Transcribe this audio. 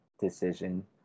decision